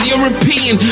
European